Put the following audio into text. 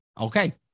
Okay